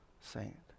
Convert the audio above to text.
saint